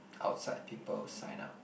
outside people sign up